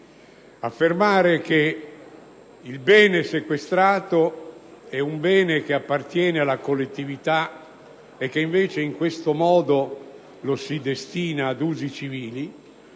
mafia, che il bene sequestrato appartiene alla collettività e che, invece, in questo modo lo si destina ad usi civili: